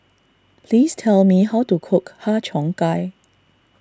please tell me how to cook Har Cheong Gai